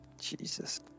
Jesus